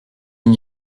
n’y